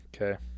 Okay